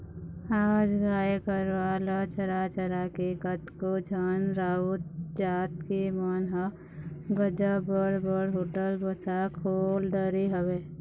आज गाय गरुवा ल चरा चरा के कतको झन राउत जात के मन ह गजब बड़ बड़ होटल बासा खोल डरे हवय